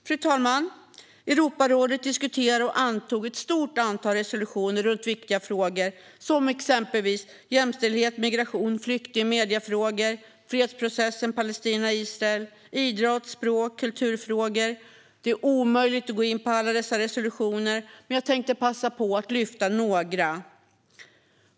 Fru talman! Europarådet diskuterade och antog ett stort antal resolutioner om viktiga frågor, exempelvis jämställdhet, migration och flyktingar, medier, fredsprocessen Palestina-Israel och idrott, språk och kultur. Det är omöjligt att gå in på alla dessa resolutioner, men jag tänkte passa på att lyfta fram några.